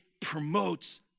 promotes